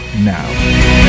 now